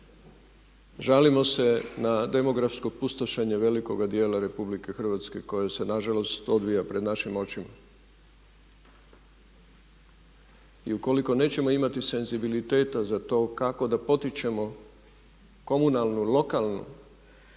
Žalimo se na demografsko pustošenje velikoga djela RH koja se nažalost odvija pred našim očima. I u koliko nećemo imati senzibiliteta za to kako da potičemo komunalnu, lokalnu,